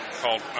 Called